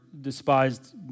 despised